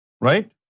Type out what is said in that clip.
Right